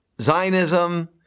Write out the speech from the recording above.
Zionism